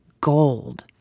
Gold